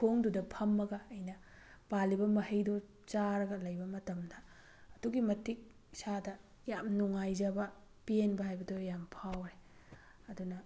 ꯃꯈꯣꯡꯗꯨꯗ ꯐꯝꯃꯒ ꯑꯩꯅ ꯄꯥꯜꯂꯤꯕ ꯃꯍꯩꯗꯨ ꯆꯥꯔꯒ ꯂꯩꯕ ꯃꯇꯝꯗ ꯑꯗꯨꯛꯀꯤ ꯃꯇꯤꯛ ꯏꯁꯥꯗ ꯌꯥꯝ ꯅꯨꯡꯉꯥꯏꯖꯕ ꯄꯦꯟꯕ ꯍꯥꯏꯕꯗꯨ ꯌꯥꯝ ꯐꯥꯎꯔꯦ ꯑꯗꯨꯅ